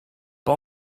pas